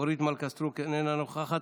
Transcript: אורית מלכה סטרוק, אינה נוכחת.